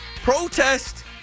Protest